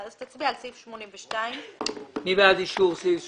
סעיף 82. מי בעד אישור סעיף 82?